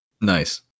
Nice